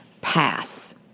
pass